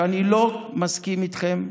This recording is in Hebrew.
עכשיו, אני לא מסכים איתכם.